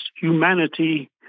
humanity